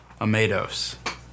Amados